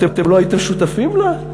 אתם לא הייתם שותפים לה?